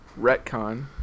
retcon